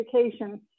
education